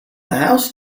house